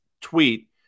tweet